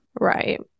right